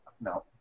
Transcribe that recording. no